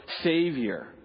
Savior